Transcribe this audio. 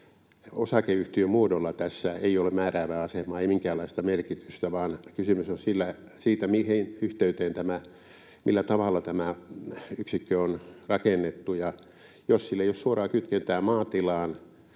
osakeyhtiömuodolla tässä ei ole määräävää asemaa, ei minkäänlaista merkitystä, vaan kysymys on siitä, mihin yhteyteen tämä, millä tavalla tämä yksikkö on rakennettu. Jos sillä ei ole suoraa kytkentää maatilaan,